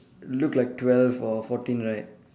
look like twelve or fourteen right